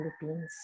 Philippines